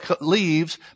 leaves